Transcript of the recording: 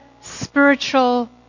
spiritual